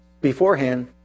beforehand